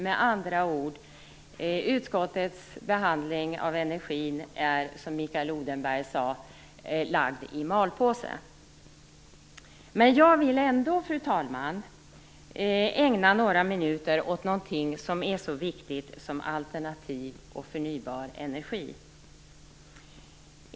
Med andra ord: Utskottets behandling av energifrågan är, som Mikael Odenberg sade, lagd i malpåse. Fru talman! Jag vill ändå ägna några minuter åt något så viktigt som detta med alternativ och förnybar energi.